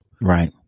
Right